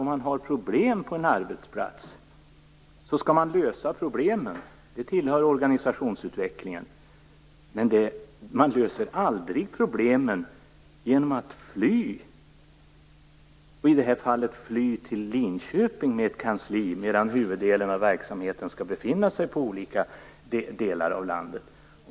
Om man har problem på en arbetsplats skall man lösa problemen - det tillhör organisationsutvecklingen - men man löser aldrig problemen genom att fly, i det här fallet till Linköping med kansliet medan huvuddelen av verksamheten skall befinna sig i olika delar av landet.